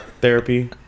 therapy